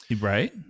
Right